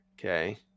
Okay